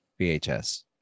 VHS